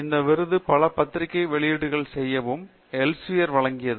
இந்த விருது பல பத்திரிகை வெளியீட்டுகளை செய்யும் எல்செவிர் வழங்கியது